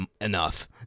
enough